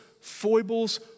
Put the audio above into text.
foibles